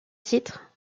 titre